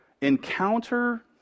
encounter